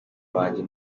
banjye